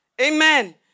Amen